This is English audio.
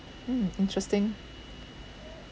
mm interesting